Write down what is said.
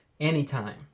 Anytime